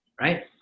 Right